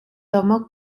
tomó